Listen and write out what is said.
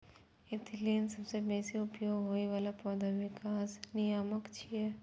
ethylene सबसं बेसी उपयोग होइ बला पौधा विकास नियामक छियै